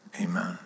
Amen